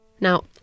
Now